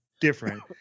different